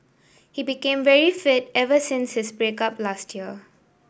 he became very fit ever since his break up last year